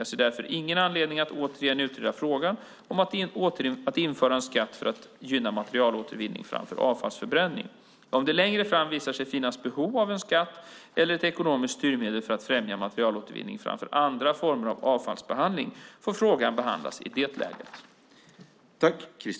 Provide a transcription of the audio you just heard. Jag ser därför ingen anledning att återigen utreda frågan om att införa en skatt för att gynna materialåtervinning framför avfallsförbränning. Om det längre fram visar sig finnas behov av en skatt eller ett ekonomiskt styrmedel för att främja materialåtervinning framför andra former av avfallsbehandling får frågan behandlas i det läget.